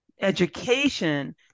education